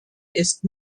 ist